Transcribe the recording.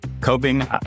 Coping